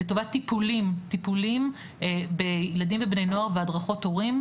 לטובת טיפולים בילדים ובני נוער והדרכות הורים,